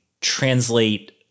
translate